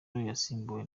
yasimbuwe